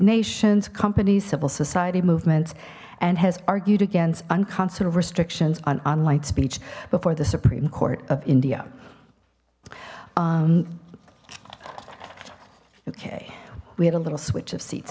nations companies civil society movements and has argued against uncounseled restrictions on online speech before the supreme court of india okay we had a little switch of seats